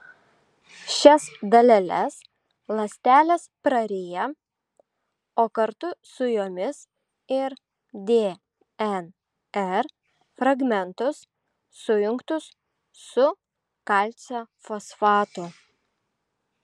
šias daleles ląstelės praryja o kartu su jomis ir dnr fragmentus sujungtus su kalcio fosfatu